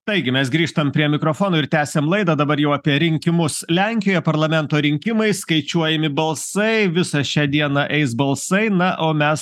taigi mes grįžtam prie mikrofono ir tęsiam laidą dabar jau apie rinkimus lenkijoje parlamento rinkimai skaičiuojami balsai visą šią dieną eis balsai na o mes